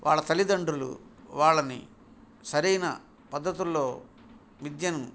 వాళ్ళ తల్లిదండ్రులు వాళ్ళని సరైన పద్ధతుల్లో విద్యను